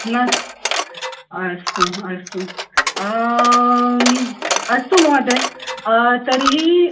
नास्ति अस्तु अस्तु अस्तु महोदय तर्हि